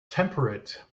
temperate